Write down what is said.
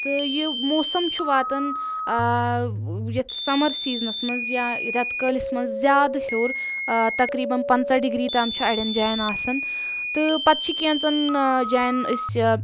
تہٕ یہِ موسَم چھُ واتان یَتھ سَمَر سیٖزنَس منٛز یا رؠتہٕ کٲلِس منٛز زیادٕ ہیوٚر تَقریباً پَنٛژاہ ڈِگری تام چھُ اَڑؠن جایَن آسان تہٕ پَتہٕ چھِ کینٛژَن جایَن أسۍ